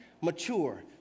mature